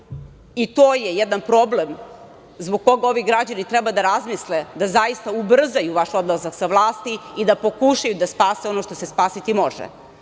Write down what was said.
i to je jedan problem zbog kog ovi građani treba da razmisle da zaista ubrzaju vaš odlazak sa vlasti i da pokušaju da spasu ono što se spasiti može,